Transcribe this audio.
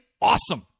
Awesome